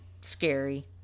scary